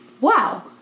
wow